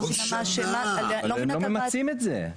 לא ממצים את זה.